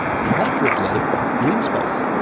preferably green space.